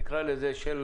נקרא לזה,